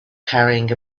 carrying